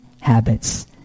habits